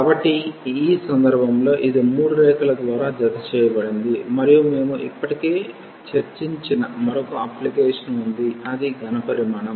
కాబట్టి ఈ సందర్భంలో ఇది మూడు రేఖ ల ద్వారా జతచేయబడింది మరియు మేము ఇప్పటికే చర్చించిన మరొక అప్లికేషన్ ఉంది అది ఘన పరిమాణం